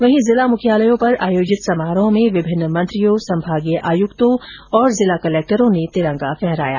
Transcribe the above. वहीं जिला मुख्यालयों पर आयोजित समारोहों में विभिन्न मंत्रियों संभागीय आयुक्तों और जिला कलेक्टरों ने तिरंगा फहराया